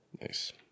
Nice